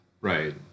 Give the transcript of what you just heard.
right